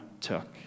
took